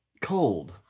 cold